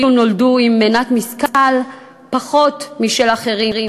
כאילו נולדו עם מנת משכל פחותה משל אחרים.